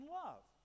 love